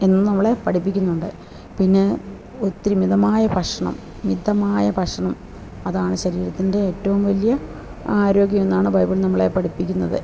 എന്നു നമ്മളെ പഠിപ്പിക്കുന്നുണ്ട് പിന്നെ ഒത്തിരി മിതമായ ഭക്ഷണം മിതമായ ഭക്ഷണം അതാണ് ശരീരത്തിന്റെ ഏറ്റവും വലിയ ആരോഗ്യം എന്നാണ് ബൈബിള് നമ്മളെ പഠിപ്പിക്കുന്നത്